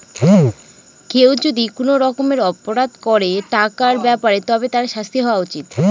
কেউ যদি কোনো রকমের অপরাধ করে টাকার ব্যাপারে তবে তার শাস্তি হওয়া উচিত